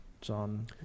John